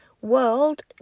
World